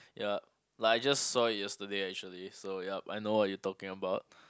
ya like I just saw it yesterday actually so yup I know what you talking about